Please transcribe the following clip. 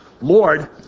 Lord